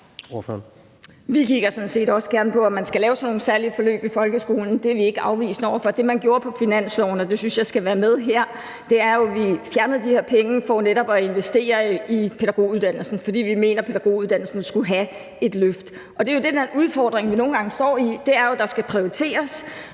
sådan set også gerne på, om man skal lave sådan nogle særlige forløb i folkeskolen; det er vi ikke afvisende over for. Det, man gjorde på finansloven, og det synes jeg skal være med her, var jo, at man fjernede de her penge for netop at investere i pædagoguddannelsen, fordi vi mente, at pædagoguddannelsen skulle have et løft. Og det er jo det, der er den udfordring, vi nogle gange står i. Det er jo, at der skal prioriteres.